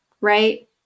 right